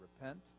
repent